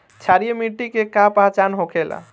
क्षारीय मिट्टी के का पहचान होखेला?